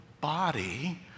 body